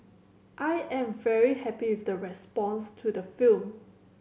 I am very happy with the response to the film